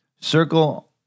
circle